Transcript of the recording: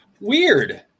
Weird